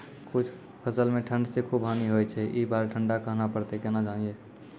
कुछ फसल मे ठंड से खूब हानि होय छैय ई बार ठंडा कहना परतै केना जानये?